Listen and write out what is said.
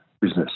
business